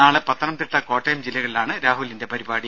നാളെ പത്തനംതിട്ട കോട്ടയം ജില്ലകളിലാണ് രാഹുലിന്റെ പരിപാടി